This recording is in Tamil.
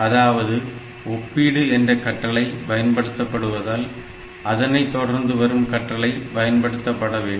அதாவது ஒப்பீடு என்ற கட்டளை compare R1R2 instruction பயன்படுத்தப்பட்டால் அதனைத்தொடர்ந்து பின்வரும் கட்டளை பயன்படுத்தப்பட வேண்டும்